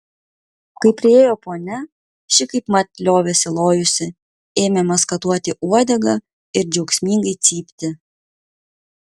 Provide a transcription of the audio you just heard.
kai priėjo ponia ši kaipmat liovėsi lojusi ėmė maskatuoti uodegą ir džiaugsmingai cypti